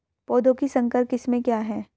पौधों की संकर किस्में क्या हैं?